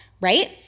right